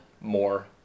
more